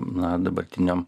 na dabartiniam